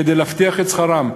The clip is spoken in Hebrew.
כדי להבטיח את שכרם,